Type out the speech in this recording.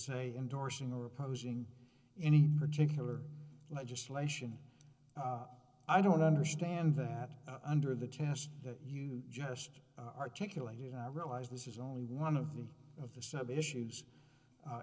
say endorsing are opposing any particular legislation i don't understand that under the test that you just articulated i realize this is only one of the of the sub issues